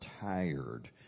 tired